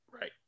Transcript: Right